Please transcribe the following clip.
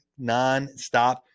nonstop